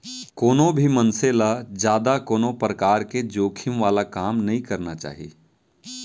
कोनो भी मनसे ल जादा कोनो परकार के जोखिम वाला काम नइ करना चाही